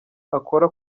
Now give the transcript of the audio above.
akora